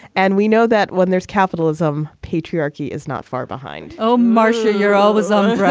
and we know that when there's capitalism, patriarchy is not far behind oh, marcia, you're always on